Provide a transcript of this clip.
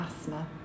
asthma